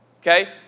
Okay